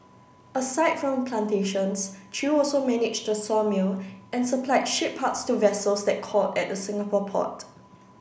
aside from plantations Chew also managed a sawmill and supplied ship parts to vessels that called at the Singapore port